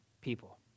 people